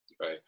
Right